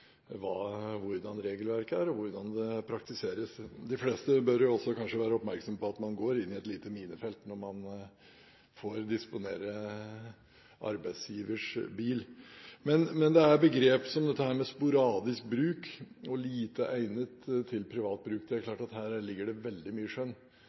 hvordan regelverket er, og hvordan det praktiseres. De fleste bør kanskje også være oppmerksom på at man går inn i et lite minefelt når man får disponere arbeidsgivers bil. Det er klart at det ligger veldig mye skjønn når man bruker begrep som «sporadisk bruk» og «lite egnet til privat bruk». Spørsmålet er